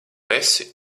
esi